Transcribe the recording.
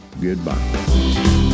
Goodbye